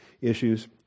issues